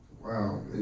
wow